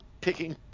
picking